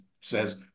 says